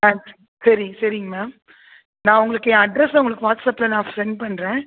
ஆ சரி சரிங்க மேம் நான் உங்களுக்கு என் அட்ரெஸ்ஸை உங்களுக்கு வாட்ஸப்பில நான் செண்ட் பண்ணுறேன்